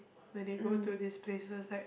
when they go to this places like